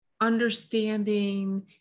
understanding